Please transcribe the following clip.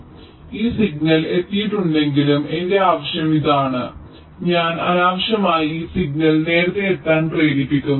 അതിനാൽ ഈ സിഗ്നൽ എത്തിയിട്ടുണ്ടെങ്കിലും എന്റെ ആവശ്യം ഇതാണ് എന്നാണ് ഞാൻ അനാവശ്യമായി ഈ സിഗ്നൽ നേരത്തെ എത്താൻ പ്രേരിപ്പിക്കുന്നു